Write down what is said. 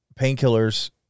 painkillers